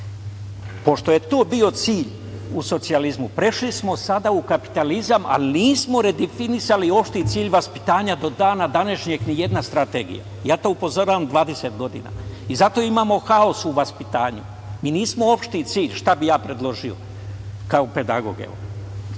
je to bio cilj u socijalizmu, prešli smo sada u kapitalizam, ali nismo redefinisali opšti cilj vaspitanja. Do dana današnjeg ni jedna strategija. Ja na to upozoravam 20 godina i zato imamo haos u vaspitanju. Nismo opšti cilj… Šta bih ja predložio kao pedagog? Tri